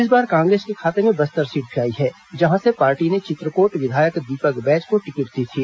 इस बार कांग्रेस के खाते में बस्तर सीट भी आई है जहां से पार्टी ने चित्रकोट विधायक दीपक बैज को टिकट दी थी